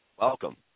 Welcome